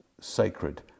sacred